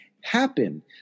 happen